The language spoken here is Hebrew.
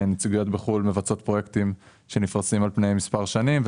נציגויות בחו"ל מבצעות פרויקטים שנפרסים על פני מספר שנים,